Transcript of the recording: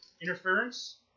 interference